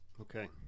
Okay